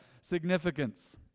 Significance